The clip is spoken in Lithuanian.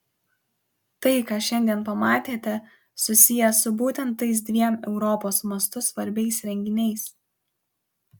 tai ką šiandien pamatėte susiję su būtent tais dviem europos mastu svarbiais renginiais